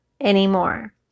anymore